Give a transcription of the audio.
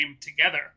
together